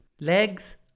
Legs